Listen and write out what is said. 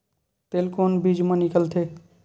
तेल कोन बीज मा निकलथे?